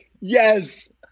yes